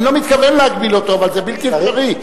אני לא מתכוון להגביל אותו, אבל זה בלתי אפשרי.